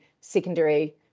secondary